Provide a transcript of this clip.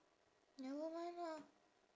never mind lah